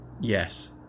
yes